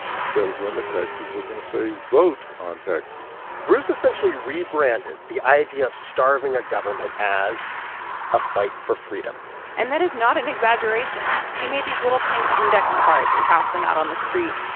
instead of limit taxes, we're going to say vote on taxes bruce essentially rebranded the idea of starving a government as a fight for freedom and that is not an exaggeration. he made these little pink index cards and passed them out on the street.